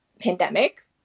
pandemic